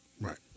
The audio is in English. Right